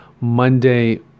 Monday